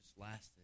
lasted